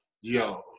yo